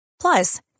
Plus